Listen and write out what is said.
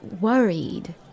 worried